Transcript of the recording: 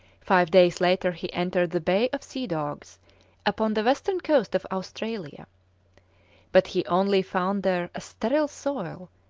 five days later he entered the bay of sea-dogs upon the western coast of australia but he only found there a sterile soil,